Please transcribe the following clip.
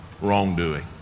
wrongdoing